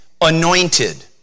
anointed